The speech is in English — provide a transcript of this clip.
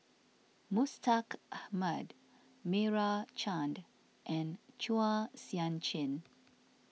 Mustaq Ahmad Meira Chand and Chua Sian Chin